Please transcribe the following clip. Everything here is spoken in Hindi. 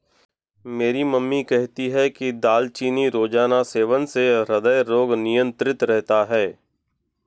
मेरी मम्मी कहती है कि दालचीनी रोजाना सेवन से हृदय रोग नियंत्रित रहता है